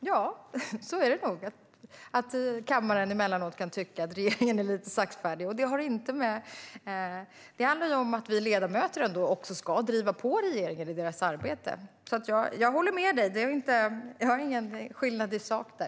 Fru talman! Ja, det är nog så att vi i kammaren emellanåt kan tycka att regeringen är lite saktfärdig. Det handlar om att vi ledamöter också ska driva på regeringen i deras arbete. Jag håller med dig. Det är ingen skillnad i sak där.